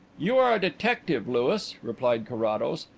you are a detective, louis, replied carrados.